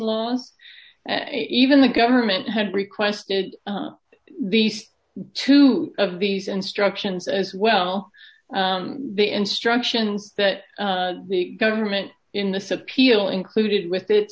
laws even the government had requested these two of these instructions as well the instructions that the government in this appeal included with it